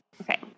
Okay